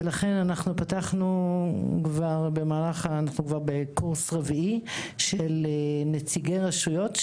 לכן פתחנו קורס רביעי של נציגי רשויות,